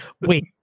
wait